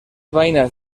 vainas